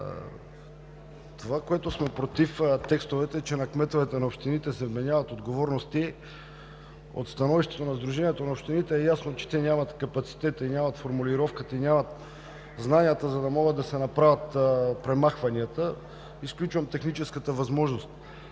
това, за което сме против текстовете, е, че на кметовете на общините се вменяват отговорности. От становището на Сдружението на общините е ясно, че те нямат капацитета, нямат формулировката и нямат знанията, за да могат да се направят премахванията. Изключвам техническата възможност.